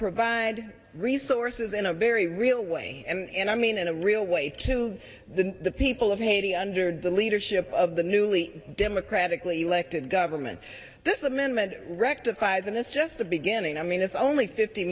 provide resources in a very real way and i mean in a real way to the people of haiti under the leadership of the newly democratically elected government this amendment rectifies and it's just the beginning i mean if only fifty